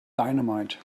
dynamite